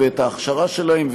את ההכשרה שלהם,